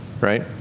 right